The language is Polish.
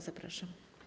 Zapraszam.